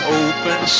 open